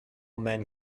men